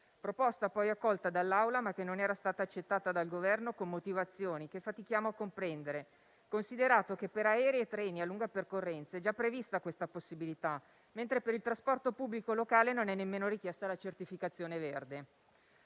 proposta poi accolta dall'Assemblea, ma che non era stata accettata dal Governo con motivazioni che fatichiamo a comprendere, considerato che per aerei e treni a lunga percorrenza è già prevista questa possibilità, mentre per il trasporto pubblico locale non è nemmeno richiesta la certificazione verde.